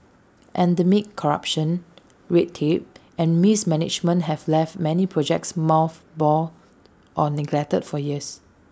endemic corruption red tape and mismanagement have left many projects mothballed or neglected for years